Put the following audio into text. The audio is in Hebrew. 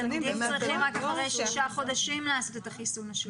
הם צריכים רק אחר שישה חודשים לעשות את החיסון השלישי.